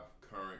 current